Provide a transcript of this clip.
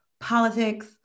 politics